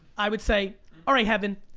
i would say all right heaven,